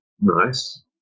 Nice